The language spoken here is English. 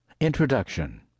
Introduction